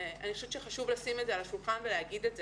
אני חושבת שחשוב לשים את זה על השולחן ולהגיד את זה.